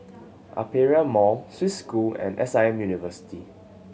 Aperia Mall Swiss School and S I M University